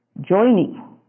joining